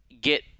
get